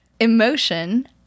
emotion